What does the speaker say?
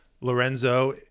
Lorenzo